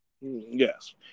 Yes